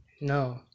No